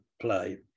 play